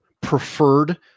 preferred